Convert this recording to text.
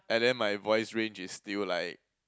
and then my voice range is still like